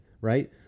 right